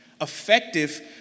effective